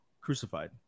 crucified